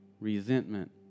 resentment